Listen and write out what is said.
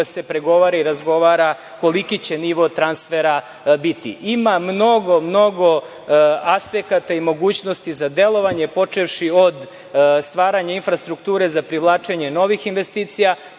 se pregovara i razgovara koliki će nivo transfera biti. Ima mnogo aspekata i mogućnosti za delovanje, počevši od stvaranja infrastrukture za privlačenje novih investicija.